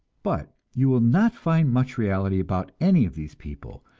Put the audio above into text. but you will not find much reality about any of these people,